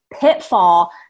pitfall